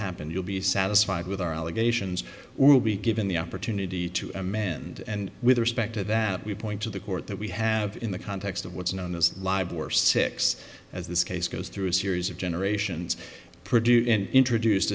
happen you'll be satisfied with our allegations will be given the opportunity to amanda and with respect to that we point to the court that we have in the context of what's known as libel or six as this case goes through a series of generations produce and introduced